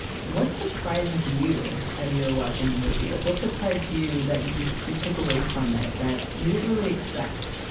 what surprised you, as you were watching the movie? like what surprised you that you you took away from it that you didn't really expect?